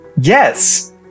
Yes